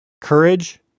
Courage